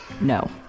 no